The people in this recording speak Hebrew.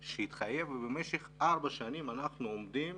שהתחייב, ובמשך ארבע שנים אנחנו עומדים